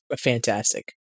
fantastic